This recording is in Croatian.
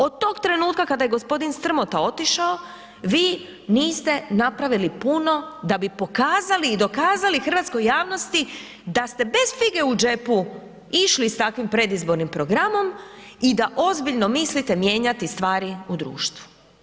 Od toga trenutka kada je g. Strmota otišao vi niste napravili puno da bi pokazali i dokazali hrvatskoj javnosti da ste bez fige u džepu išli s takvim predizbornim programom i da ozbiljno mislite mijenjati stvari u društvu.